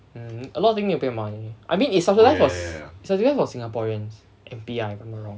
mm a lot of thing need to pay money I mean it's subsidised for s~ it's subsidised for singaporeans and P_R if I'm not wrong